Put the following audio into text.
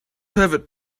pivot